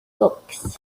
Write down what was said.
books